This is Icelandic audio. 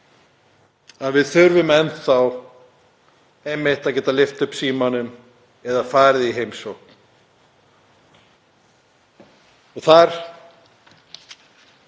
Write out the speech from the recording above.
að við þurfum enn þá að geta lyft upp símanum eða farið í heimsókn. Þar